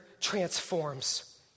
transforms